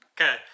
Okay